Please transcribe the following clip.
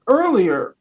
earlier